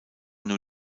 nur